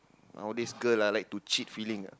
nowadays girl ah like to cheat feeling ah